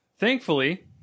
Thankfully